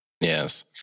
Yes